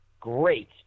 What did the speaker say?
Great